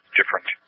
different